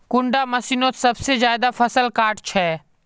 कुंडा मशीनोत सबसे ज्यादा फसल काट छै?